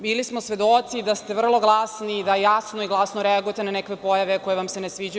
Bili smo svedoci da ste vrlo jasni, da jasno i glasno reagujete na neke pojave koje vam se ne sviđaju.